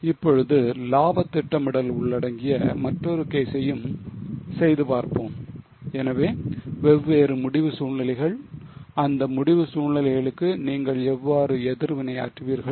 இப்பொழுது லாப திட்டமிடல் உள்ளடங்கிய மற்றொரு கேசையும் செய்து பார்ப்போம் எனவே வெவ்வேறு முடிவு சூழ்நிலைகள் அந்த முடிவு சூழ்நிலைகளுக்கு நீங்கள் எவ்வாறு எதிர்வினையாற்றுவீர்கள்